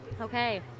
Okay